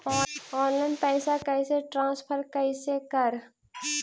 Online पैसा कैसे transfer कैसे कर?